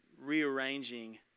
rearranging